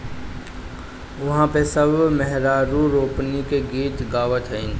उहा पे सब मेहरारू रोपनी के गीत गावत हईन